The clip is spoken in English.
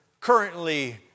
currently